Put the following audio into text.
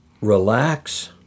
relax